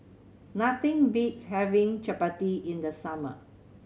nothing beats having chappati in the summer